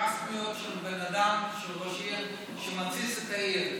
רשמיות של בן אדם, של ראש עירייה, שמתסיס את העיר.